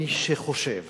מי שחושב